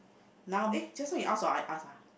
now eh just now you ask or I ask ah